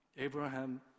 Abraham